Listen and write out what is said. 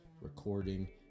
recording